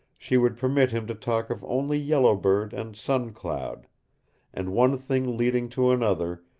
she would permit him to talk of only yellow bird and sun cloud and, one thing leading to another,